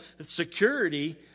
security